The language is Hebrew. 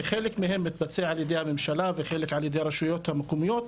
שחלק מהם מתבצע על ידי הממשלה וחלק על ידי הרשויות המקומיות,